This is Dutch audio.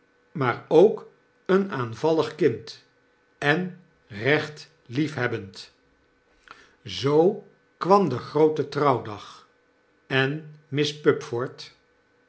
maar ook een aanvallig kind en recht liefhebbend zoo kwam de groote trouwdag en miss